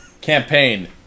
campaign